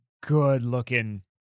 good-looking